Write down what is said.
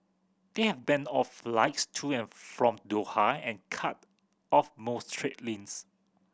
they have banned all flights to and from Doha and cut off most trade